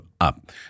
up